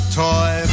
toy